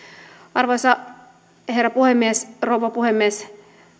arvoisa rouva puhemies